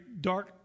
dark